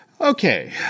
Okay